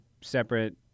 separate